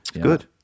good